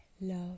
love